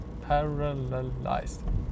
parallelized